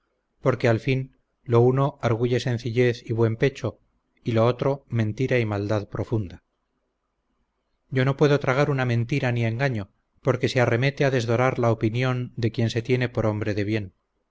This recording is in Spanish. porque al fin lo uno arguye sencillez y buen pecho y lo otro mentira y maldad profunda yo no puedo tragar una mentira ni engaño porque se arremete a desdorar la opinión de quien se tiene por hombre de bien